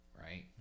right